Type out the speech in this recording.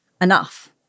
enough